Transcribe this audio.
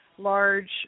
large